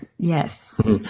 Yes